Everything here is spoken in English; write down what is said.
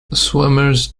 swimmers